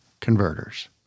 converters